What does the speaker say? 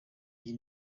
iyi